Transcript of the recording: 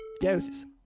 Doses